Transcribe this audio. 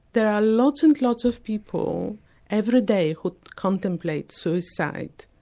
there are lots and lots of people every day who contemplate suicide.